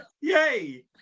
yay